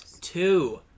Two